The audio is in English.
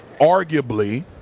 arguably